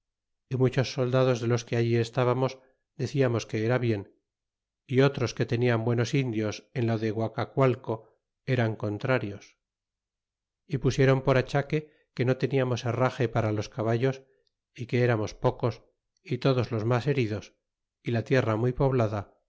y muchos soldados de los que allí estábamos deciamos que era bien y otros que tenian buenos indios en lo de guacacualco eran contrarios y pusiéron por achaque que no teniamos herrage para los caballos y que eramos pocos y todos los mas heridos y la tierra muy poblada